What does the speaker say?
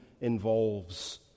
involves